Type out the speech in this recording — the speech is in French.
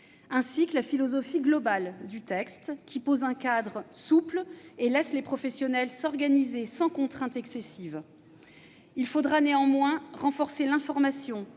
de la philosophie globale du texte, qui pose un cadre souple et laisse les professionnels s'organiser sans contrainte excessive. Il faudra néanmoins renforcer l'information